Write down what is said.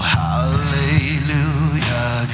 hallelujah